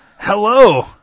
Hello